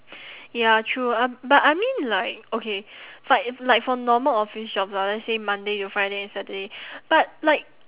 ya true uh but I mean like okay but if like for normal office jobs lah let's say monday to friday saturday but like